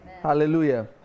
Hallelujah